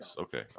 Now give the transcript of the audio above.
okay